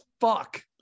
fuck